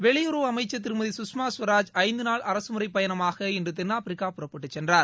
வெளியுறவு அமைச்ச் திருமதி கஷ்மா ஸ்வராஜ் ஐந்து நாள் அரசமுறைப் பயணமாக இன்று தென்னாப்பிரிக்கா புறப்பட்டுச் சென்றார்